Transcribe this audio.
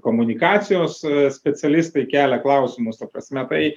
komunikacijos specialistai kelia klausimus ta prasme tai